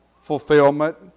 fulfillment